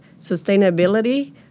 sustainability